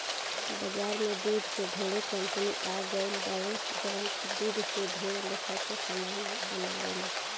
बाजार में दूध के ढेरे कंपनी आ गईल बावे जवन की दूध से ढेर लेखा के सामान बनावेले